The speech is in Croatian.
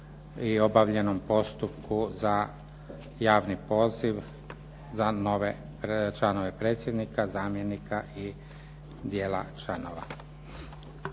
i obavljenom postupku za javni poziv za nove članove, predsjednika, zamjenika i dijela članova.